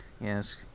Yes